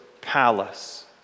palace